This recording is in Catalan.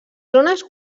zones